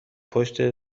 پشت